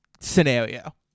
scenario